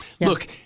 Look